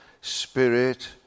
spirit